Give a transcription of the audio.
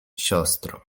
siostrą